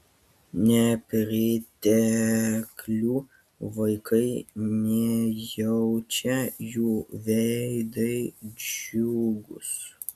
nepriteklių vaikai nejaučia jų veidai džiugūs